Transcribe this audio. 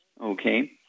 Okay